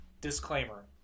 disclaimer